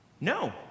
no